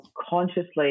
consciously